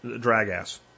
drag-ass